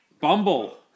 Bumble